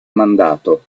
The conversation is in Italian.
mandato